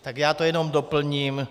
Tak já to jenom doplním.